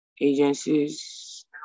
agencies